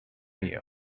you